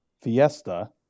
fiesta